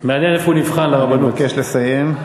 מעניין איפה הוא נבחן לרבנות, אני מבקש לסיים.